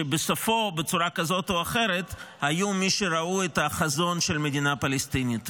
שבסופו בצורה כזאת או אחרת היו מי שראו את החזון של מדינה פלסטינית.